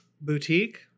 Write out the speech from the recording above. boutique